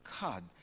God